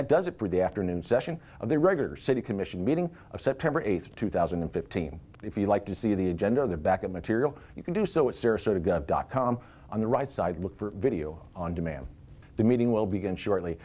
that does it for the afternoon session of the regular city commission meeting of september eighth two thousand and fifteen if you'd like to see the agenda on the back of material you can do so it's serious sort of gov dot com on the right side look for video on demand the meeting will begin shortly